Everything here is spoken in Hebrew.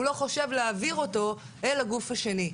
הוא לא חושב להעביר אותו אל הגוף השני.